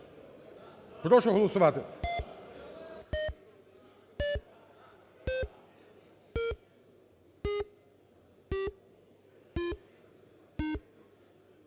прошу голосувати.